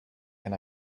can